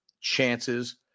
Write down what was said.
chances